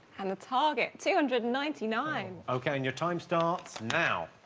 and the target two hundred and ninety nine. okay and your time starts now?